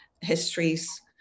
histories